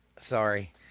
sorry